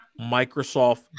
Microsoft